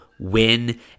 win